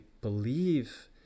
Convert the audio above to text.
believe